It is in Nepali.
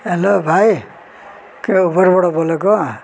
हेलो भाइ के उबरबाट बोलेको